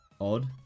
odd